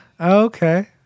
Okay